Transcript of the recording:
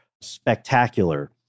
spectacular